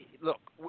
Look